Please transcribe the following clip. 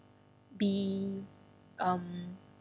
be um